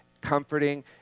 comforting